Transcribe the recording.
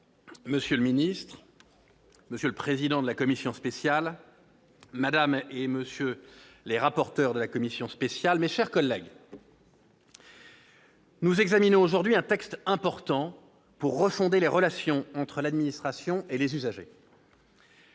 monsieur le secrétaire d'État, monsieur le président de la commission spéciale, madame, monsieur les rapporteurs, mes chers collègues, nous examinons aujourd'hui un texte important pour la refondation des relations entre l'administration et les usagers.